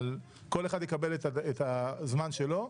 כל אחד יקבל את הזמן שלו,